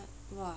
!wah!